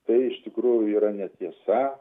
tai iš tikrųjų yra netiesa